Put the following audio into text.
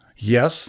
Yes